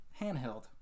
handheld